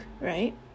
right